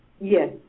Yes